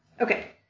Okay